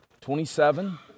27